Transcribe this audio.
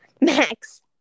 Max